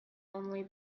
only